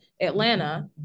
Atlanta